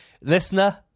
Listener